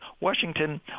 Washington